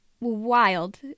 wild